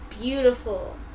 Beautiful